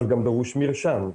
אבל גם דרוש מרשם.